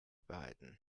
behalten